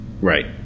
Right